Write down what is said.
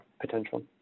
potential